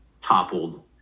toppled